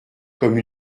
comme